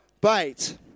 bait